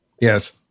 Yes